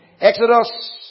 Exodus